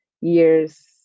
years